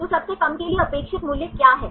तो सबसे कम के लिए अपेक्षित मूल्य क्या है